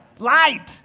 light